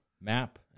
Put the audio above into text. map